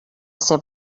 ser